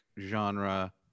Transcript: genre